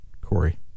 Corey